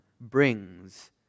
brings